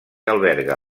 alberga